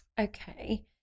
Okay